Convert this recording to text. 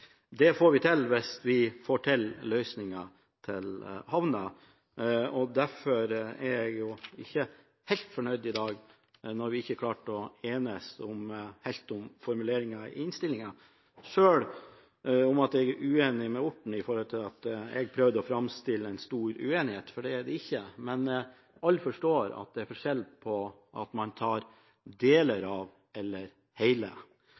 Dette får vi til hvis vi får til løsningen til havna. Derfor er jeg ikke helt fornøyd i dag når vi ikke klarte å enes helt om formuleringen i innstillingen. Jeg er uenig med Helge Orten i at jeg prøvde å framstille en stor uenighet, for det er det ikke, men alle forstår at det er forskjell på om man tar